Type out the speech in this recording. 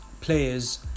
players